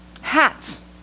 hats